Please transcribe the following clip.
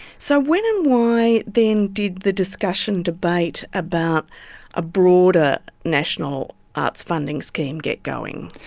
so when and why then did the discussion, debate about a broader national arts funding scheme get going?